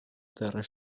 der